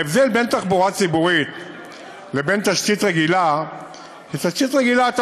וההבדל בין תחבורה ציבורית לבין תשתית רגילה הוא שתשתית רגילה,